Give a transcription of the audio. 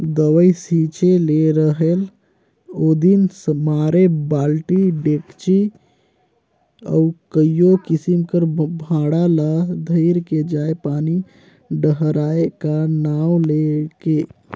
दवई छिंचे ले रहेल ओदिन मारे बालटी, डेचकी अउ कइयो किसिम कर भांड़ा ल धइर के जाएं पानी डहराए का नांव ले के